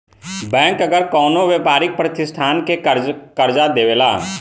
bank अगर कवनो व्यापारिक प्रतिष्ठान के कर्जा देवेला